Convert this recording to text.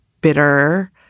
bitter